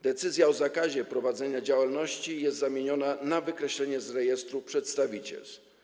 Decyzja o zakazie prowadzenia działalności jest zamieniona na wykreślenie z rejestru przedstawicielstw.